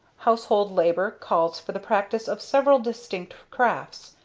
household labor calls for the practice of several distinct crafts,